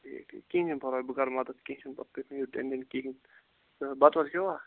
ٹھیٖک ٹھیٖک کہینۍ پرواے بہٕ کَرٕ مَدَد کینٛہہ چھُنہٕ پرواے تُہۍ مہٕ ہیٚیِو ٹٮ۪نشَن کِہیٖنۍ تہٕ بَتہٕ وَتہٕ کھیٚووا